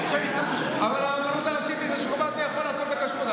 אבל הרבנות הראשית היא שקובעת מי יכול לעסוק בכשרות.